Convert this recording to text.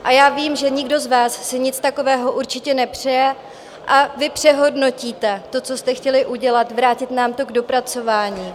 A já vím, že nikdo z vás si nic takového určitě nepřeje, a vy přehodnotíte to, co jste chtěli udělat, vrátit nám to k dopracování.